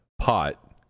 pot